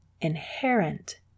inherent